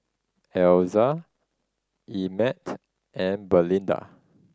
Elza Emett and Belinda